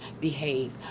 behave